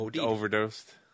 overdosed